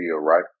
right